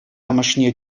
амӑшне